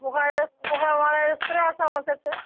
পোকা এস পোকা মারার স্প্রে আছে আমার কাছে